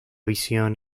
visión